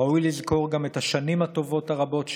ראוי לזכור גם את השנים הטובות הרבות שהיו.